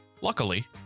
Luckily